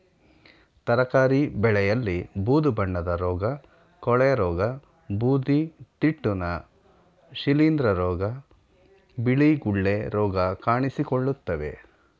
ತರಕಾರಿ ಬೆಳೆಯಲ್ಲಿ ಬೂದು ಬಣ್ಣದ ರೋಗ, ಕೊಳೆರೋಗ, ಬೂದಿತಿಟ್ಟುನ, ಶಿಲಿಂದ್ರ ರೋಗ, ಬಿಳಿ ಗುಳ್ಳೆ ರೋಗ ಕಾಣಿಸಿಕೊಳ್ಳುತ್ತವೆ